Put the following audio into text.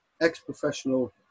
ex-professional